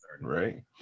right